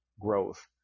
growth